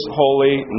holy